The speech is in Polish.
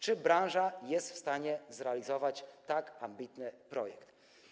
Czy branża jest w stanie zrealizować tak ambitny projekt?